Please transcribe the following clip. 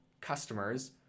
customers